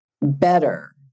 better